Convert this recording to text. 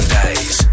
days